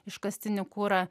iškastinį kurą